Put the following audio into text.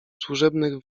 służebnych